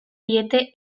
diete